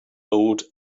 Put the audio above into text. old